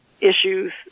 issues